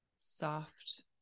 soft